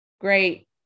great